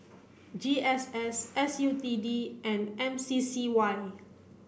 G S S S U T D and M C C Y